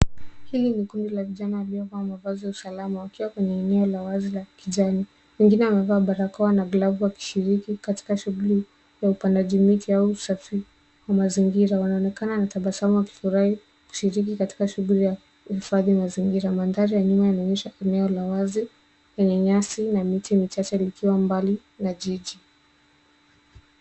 Hili ni kundi la vijani waliova mavazi ya usalama wakiwa kwenye eneo la wazi la kijani. Wengine wamevaa barakoa na glovu wakishiriki katika shughuli ya upandaji miti au usafi wa mazingira. Wanaonekana na tabasamu wakifurahi kushiriki katika shughuli ya uhifadhi wa mazingira. Mandhari ya nyuma inaonyesha eneo la wazi lenye nyasi na miti michache likiwa mbali na jiji.